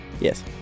Yes